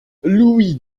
louis